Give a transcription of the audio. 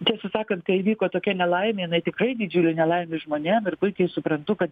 tiesą sakant kai įvyko tokia nelaimė na tikrai didžiulė nelaimė žmonėm ir puikiai suprantu kad